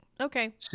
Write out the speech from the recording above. Okay